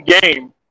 game